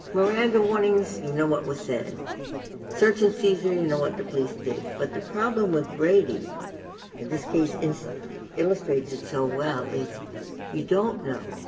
miranda warnings, you know what was said search and seizure you know what the police did. but the problem with brady and this case illustrates it so well is you don't know.